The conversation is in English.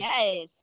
Yes